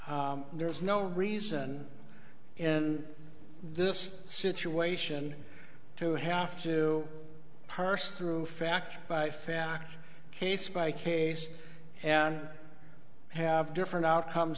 and there's no reason in this situation to have to purse through fact by fact case by case and have different outcomes